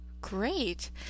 Great